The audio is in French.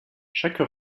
chaque